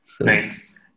Nice